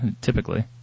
typically